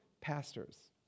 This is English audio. pastors